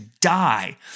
die